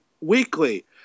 weekly